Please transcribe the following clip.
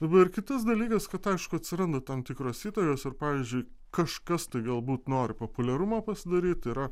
dabar kitas dalykas kad aišku atsiranda tam tikros įtakos ar pavyzdžiui kažkas tai galbūt nori populiarumą pasidaryt tai yra